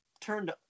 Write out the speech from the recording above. turned